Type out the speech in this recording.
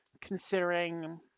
considering